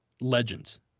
legends